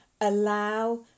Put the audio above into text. allow